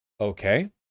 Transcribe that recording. Okay